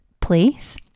place